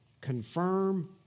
confirm